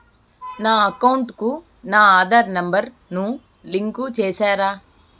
నా అకౌంట్ కు నా ఆధార్ నెంబర్ ను లింకు చేసారా